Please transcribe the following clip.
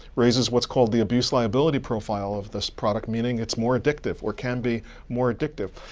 raises what's called the abuse liability profile of this product, meaning it's more addictive, or can be more addictive.